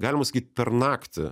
galima sakyt per naktį